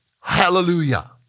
hallelujah